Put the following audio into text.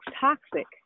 toxic